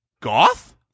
Goth